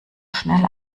schnell